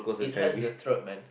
it hurts the throat man